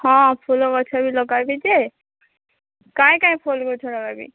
ହଁ ଫୁଲ ଗଛ ବି ଲଗାଇବି ଯେ କାଏଁ କାଏଁ ଫୁଲ୍ ଗଛ ଲଗାବି